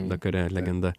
dakare legenda